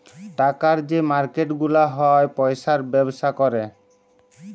টাকার যে মার্কেট গুলা হ্যয় পয়সার ব্যবসা ক্যরে